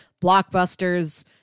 blockbusters